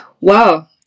Wow